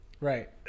Right